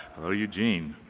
go, eugene!